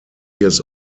years